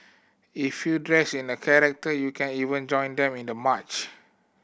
if you dressed in a character you can even join them in the march